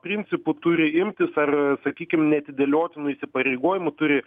principų turi imtis ar sakykim neatidėliotinų įsipareigojimų turi